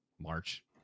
March